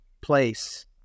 place